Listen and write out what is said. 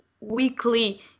weekly